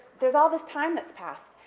there's all this time that's passed.